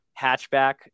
hatchback